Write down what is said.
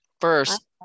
First